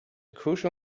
crucial